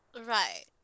Right